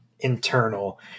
internal